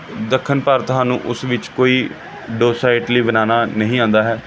ਦੱਖਣ ਭਾਰਤ ਸਾਨੂੰ ਉਸ ਵਿੱਚ ਕੋਈ ਡੋਸਾ ਇਡਲੀ ਬਣਾਉਣਾ ਨਹੀਂ ਆਉਂਦਾ ਹੈ